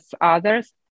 others